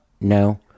No